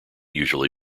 usually